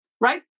right